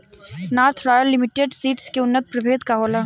North royal limited seeds के उन्नत प्रभेद का होला?